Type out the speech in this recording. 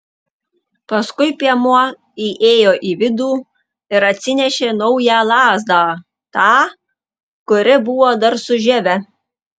paskui piemuo įėjo į vidų ir atsinešė naują lazdą tą kuri buvo dar su žieve